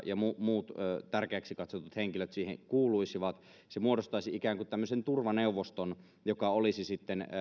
muut tärkeäksi katsotut henkilöt siihen kuuluisivat se muodostaisi ikään kuin tämmöisen turvaneuvoston joka olisi sitten